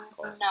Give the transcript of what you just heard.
No